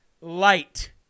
light